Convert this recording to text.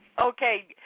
Okay